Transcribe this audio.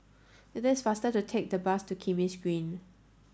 it is faster to take the bus to Kismis Green